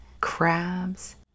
crabs